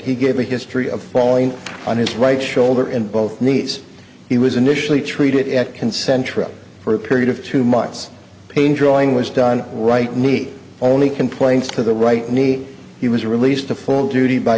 he gave a history of falling on his right shoulder in both knees he was initially treated at concentric for a period of two months pain drawing was done right knee only complaints to the right knee he was released to full duty by